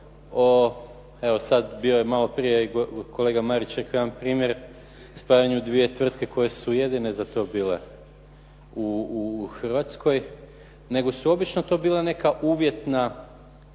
o, evo sad bio je malo prije i kolega Marić rekao jedan primjer o spajanju dvije tvrtke koje su jedine za to bile u Hrvatskoj nego su obično to bila neka uvjetna